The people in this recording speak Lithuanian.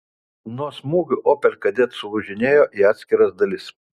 nuo smūgių opel kadett sulūžinėjo į atskiras dalis